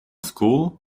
school